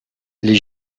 les